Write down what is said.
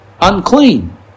unclean